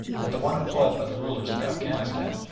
and the one employed by the rulers of afghanistan,